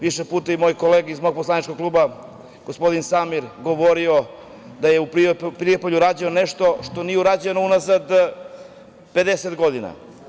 Više puta i moj kolega iz mog poslaničkog kluba, gospodin Samir je govorio da je u Prijepolju rađeno nešto što nije urađeno unazad 50 godina.